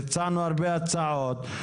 הצענו הרבה הצעות.